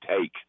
take